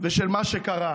ושל מה שקרה.